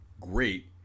great